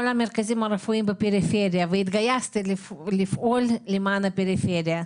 המרכזים הרפואיים בפריפריה והתגייסתי לפעול למען הפריפריה.